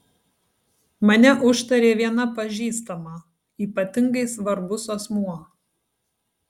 mane užtarė viena pažįstama ypatingai svarbus asmuo